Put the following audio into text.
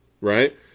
right